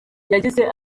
yagize